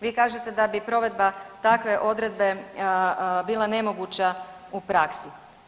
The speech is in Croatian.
Vi kažete da bi provedba takve odredbe bila nemoguća u praksi.